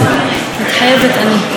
מתחייבת אני.